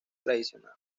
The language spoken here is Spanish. tradicional